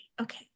Okay